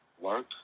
work